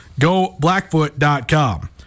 goblackfoot.com